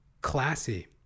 classy